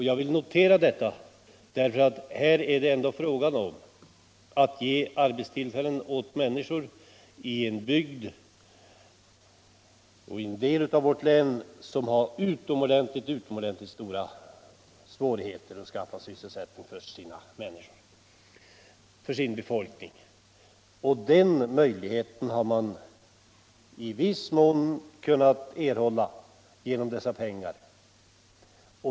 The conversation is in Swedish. Jag vill notera detta, eftersom det ändå är fråga om att skapa arbetstillfällen åt befolkningen i en del av vårt län, en befolkning som har utomordentligt stora svårigheter att få arbete: Den möjligheten har man i viss mån kunnat erhålla genom dessa pengar.